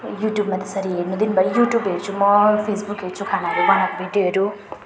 युट्युबमा त्यसरी हेर्नु दिनभरि युट्युब हेर्छु म फेसबुक हेर्छु म खानाहरू बनाएको भिडियोहरू